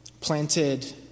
planted